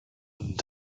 und